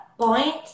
point